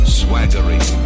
swaggering